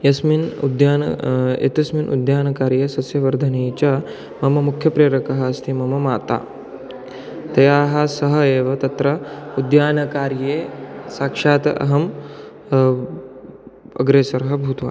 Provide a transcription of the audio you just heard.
यस्मिन् उद्याने एतस्मिन् उद्यानकार्ये सस्यवर्धने च मम मुख्यप्रेरिका अस्ति मम माता तया सह एव तत्र उद्यानकार्ये साक्षात् अहं अग्रेसरः भूत्वा